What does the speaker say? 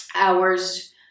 hours